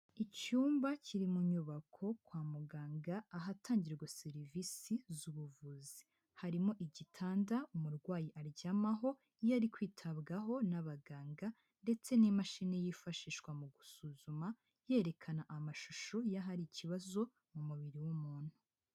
Icyumba kiri mu nyubako kwa muganga, ahatangirwa serivisi z'ubuvuzi. Harimo igitanda umurwayi aryamaho, iyo ari kwitabwaho n'abaganga ndetse n'imashini yifashishwa mu gusuzuma, yerekana amashusho y'ahari ikibazo mu mubiri w'umuntu.